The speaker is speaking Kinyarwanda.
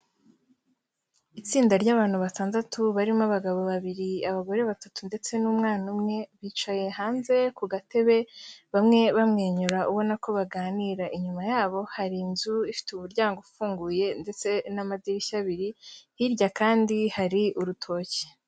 Itsinda ry'abantu batandatu barimo abagabo babiri, abagore batatu ndetse n'umwana umwe, bicaye hanze ku gatebe bamwe bamwenyura ubona ko baganira, inyuma yabo hari inzu ifite umuryango ufunguye ndetse n'amadirishya abiri, hirya kandi hari urutoki.